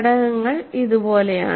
ഘടകങ്ങൾ ഇതുപോലെയാണ്